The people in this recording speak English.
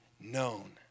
known